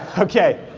okay,